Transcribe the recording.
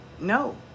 No